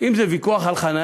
אם זה ויכוח על חניה.